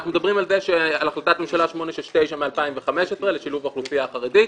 אנחנו מדברים על החלטת ממשלה 869 מ-2015 לשילוב האוכלוסייה החרדית.